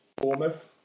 Bournemouth